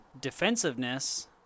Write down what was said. defensiveness